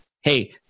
Hey